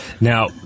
Now